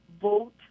vote